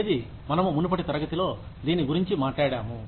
ఏది మనము మునుపటి తరగతిలో దీని గురించి మాట్లాడాము